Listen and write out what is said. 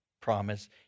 promise